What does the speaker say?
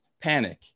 panic